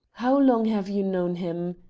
how long have you known him?